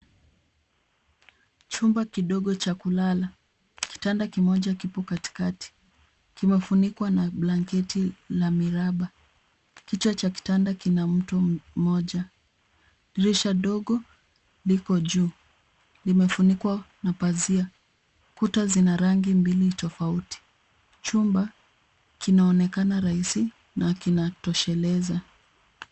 Chumba kidogo cha kulala. Kitanda kimoja kipo katikati. Kimefunikwa na blanketi la miraba. Kichwa cha kitanda kina mto mmoja. Dirisha dogo liko juu. Limefunikwa na pazia. Kuta zina rangi mbili tofauti. Chumba kinaonekana rahisi na kinatosheleza.